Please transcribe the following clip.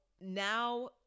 now